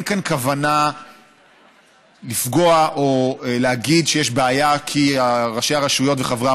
אין כאן כוונה לפגוע או להגיד שיש בעיה שראשי הרשויות וחברי